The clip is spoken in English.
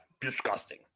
Disgusting